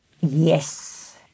Yes